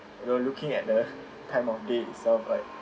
you are looking at the time of day itself like